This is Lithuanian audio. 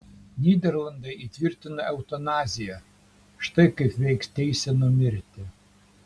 nyderlandai įtvirtino eutanaziją štai kaip veiks teisė numirti